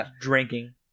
drinking